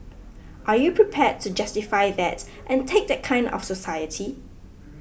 are you prepared to justify that and take that kind of society